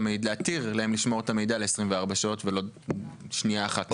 להתיר להם לשמור את המידע ל-24 שעות ולא שנייה אחת מעבר.